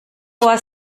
tor